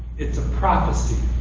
it's a prophecy.